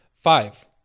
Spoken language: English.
Five